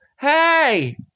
hey